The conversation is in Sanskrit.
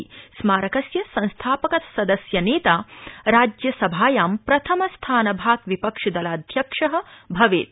सम्प्रति स्मारकस्य संस्थापक सदस्यनेता राज्यसभायां प्रथमस्थानभाक्विपक्षिदलाध्यक्ष भवेत्